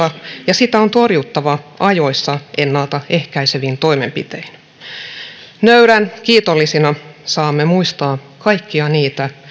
ja sitä on torjuttava ajoissa ennalta ehkäisevin toimenpitein nöyrän kiitollisina saamme muistaa kaikkia niitä